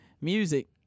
music